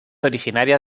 originaria